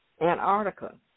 Antarctica